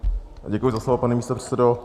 Děkuji za slovo, pane místopředsedo.